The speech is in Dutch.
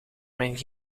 mijn